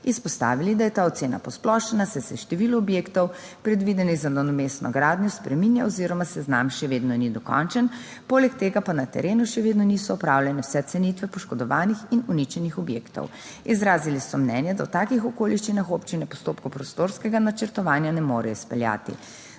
izpostavili, da je ta ocena posplošena, saj se število objektov predvidenih za nadomestno gradnjo spreminja oziroma seznam še vedno ni dokončen, poleg tega pa na terenu še vedno niso opravljene vse cenitve poškodovanih in uničenih objektov. Izrazili so mnenje, da v takih okoliščinah občine postopkov prostorskega načrtovanja ne morejo izpeljati.